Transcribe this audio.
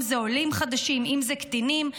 עולים חדשים או קטינים,